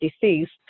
deceased